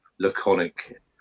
laconic